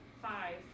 Five